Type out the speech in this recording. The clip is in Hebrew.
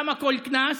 כמה כל קנס?